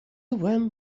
when